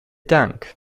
dank